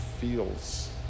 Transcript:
feels